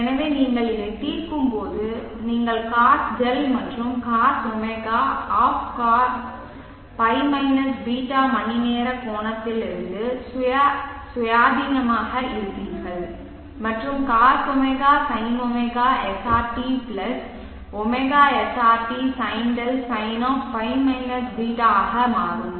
எனவே நீங்கள் இதை தீர்க்கும்போது நீங்கள் Cos 𝛿 மற்றும் Cos ω Cos π -ß மணிநேர கோணத்திலிருந்து சுயாதீனமாக இருப்பீர்கள் மற்றும் Cos ω Sin ω SRT ω SRT Sin 𝛿 Sin ϕ ß ஆக மாறும்